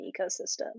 ecosystem